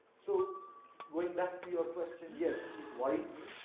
so going back to your question, yes, it worried me.